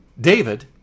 David